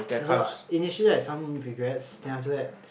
so initially I've some regrets then after that